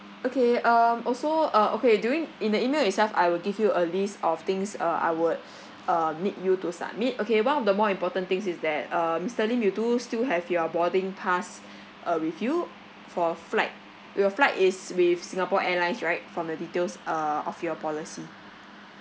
okay um also uh okay during in the email itself I will give you a list of things uh I would um need you to submit okay one of the more important things is that uh mister lim you do still have your boarding pass uh with you for flight your flight is with singapore airlines right from the details uh of your policy